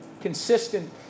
consistent